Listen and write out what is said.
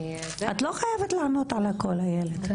את לא חייבת לענות על הכול, איילת.